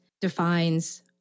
defines